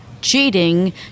cheating